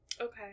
okay